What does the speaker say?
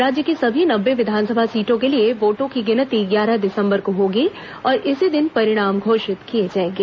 राज्य की सभी नब्बे विधानसभा सीटों के लिए वोटों की गिनती ग्यारह दिसंबर को होगी और इसी दिन परिणाम घोषित किए जाएंगे